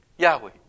Yahweh